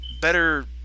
Better